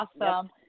awesome